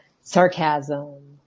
sarcasm